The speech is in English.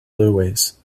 louis